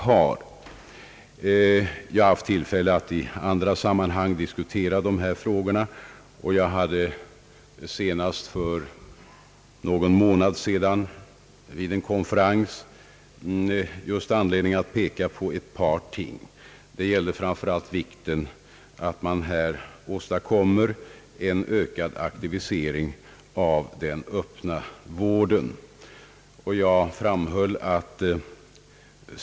Jag har i andra sammanhang haft tillfälle att diskutera de problemen och hade senast vid en konferens för någon månad sedan anledning att peka på några ting. Det är viktigt att den öppna vården ytterligare aktiveras.